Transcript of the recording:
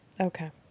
okay